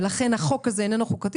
ולכן החוק הזה איננו חוקתי,